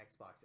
Xbox